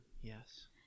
Yes